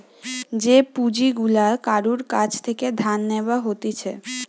যে পুঁজি গুলা কারুর কাছ থেকে ধার নেব হতিছে